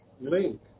link